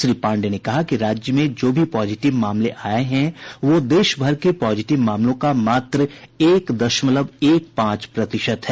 श्री पांडेय ने कहा कि राज्य में जो भी पॉजिटिव मामले आये हैं वो देशभर के पॉजिटिव मामलों का मात्र एक दशमलव एक पांच प्रतिशत है